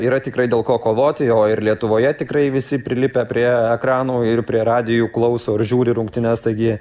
yra tikrai dėl ko kovoti o ir lietuvoje tikrai visi prilipę prie ekranų ir prie radijų klauso ar žiūri rungtynes taigi